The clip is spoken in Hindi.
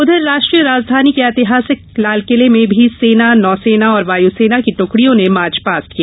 उधर राष्ट्रीय राजधानी के ऐतिहासिक लालकिले में भी सेना नौसेना और वायुसेना की ट्कड़ियों ने मार्चपास्ट किया